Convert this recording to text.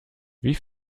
wie